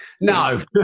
No